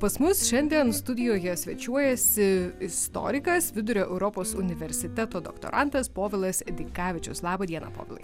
pas mus šiandien studijoje svečiuojasi istorikas vidurio europos universiteto doktorantas povilas dikavičius laba diena povilai